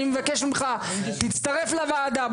אני מבקש ממך תצטרף לוועדה,